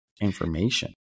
information